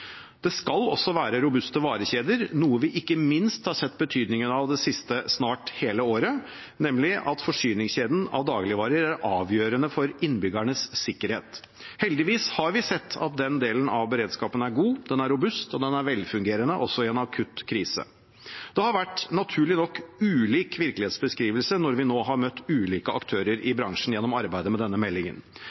det er mye å holde oversikt over. Det skal også være robuste varekjeder, noe vi ikke minst har sett betydningen av snart hele det siste året. Forsyningskjeden av dagligvarer er avgjørende for innbyggernes sikkerhet. Heldigvis har vi sett at denne delen av beredskapen er god, robust og velfungerende, også i en akutt krise. Det har, naturlig nok, vært ulik virkelighetsbeskrivelse når vi nå har møtt ulike aktører i bransjen gjennom arbeidet med denne meldingen.